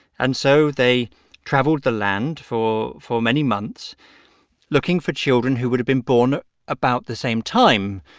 and so they travelled the land for for many months looking for children who would have been born at about the same time